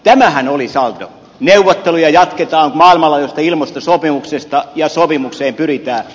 tämähän oli saldo neuvotteluja jatketaan maailmanlaajuisesta ilmastosopimuksesta ja sopimukseen pyritään